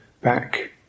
back